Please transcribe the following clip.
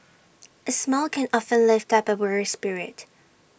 A smile can often lift up A weary spirit